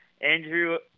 Andrew